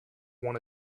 one